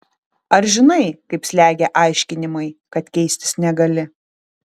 ar žinai kaip slegia aiškinimai kad keistis negali